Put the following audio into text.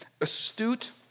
astute